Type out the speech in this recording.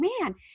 man